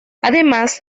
además